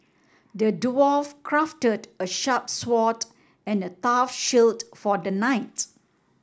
the dwarf crafted a sharp sword and a tough shield for the knight